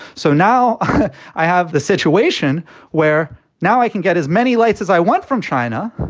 so now um i have the situation where now i can get as many lights as i want from china.